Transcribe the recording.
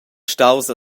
staus